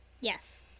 Yes